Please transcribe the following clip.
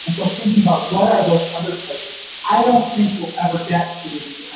and so thinking about what are those other places, i don't think we'll ever get to the,